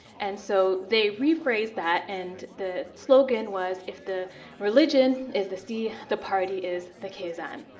and so they rephrased that. and the slogan was if the religion is the sea, the party is the kazan.